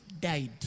died